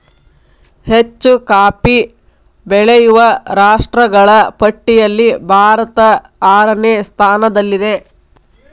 ಹೆಚ್ಚು ಕಾಫಿ ಬೆಳೆಯುವ ರಾಷ್ಟ್ರಗಳ ಪಟ್ಟಿಯಲ್ಲಿ ಭಾರತ ಆರನೇ ಸ್ಥಾನದಲ್ಲಿದೆ